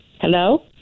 Hello